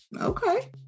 Okay